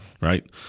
right